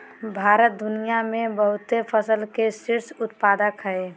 भारत दुनिया में बहुते फसल के शीर्ष उत्पादक हइ